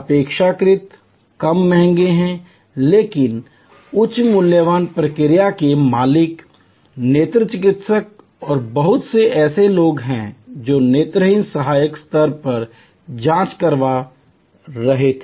अपेक्षाकृत कम महंगे हैं लेकिन उच्च मूल्यवान प्रक्रिया के मालिक नेत्र चिकित्सक और बहुत से ऐसे लोग हैं जो नेत्रहीन सहायक स्तर पर जांच करवा रहे थे